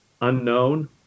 unknown